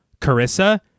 Carissa